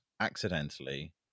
accidentally